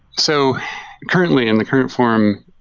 so currently, in the current form,